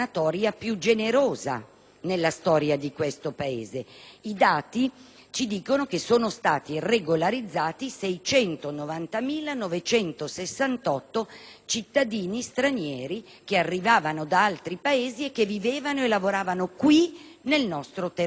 I dati ci dicono che sono stati regolarizzati 690.968 cittadini stranieri che arrivavano da altri Paesi, che vivevano e lavoravano qui, nel nostro territorio.